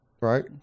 right